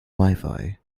wifi